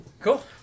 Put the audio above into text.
Cool